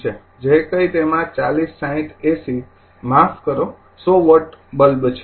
જે કંઈ તેમાં ૪૦ ૬૦ ૮૦ માફ કરો ૧૦૦ વોટ બલ્બ છે